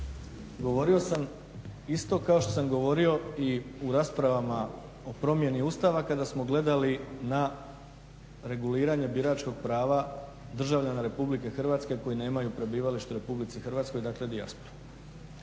govorio sam isto kao što sam govorio i u raspravama o promjeni Ustava kada smo gledali na reguliranje biračkog prava državljana RH koji nemaju prebivalište u RH, dakle dijaspora.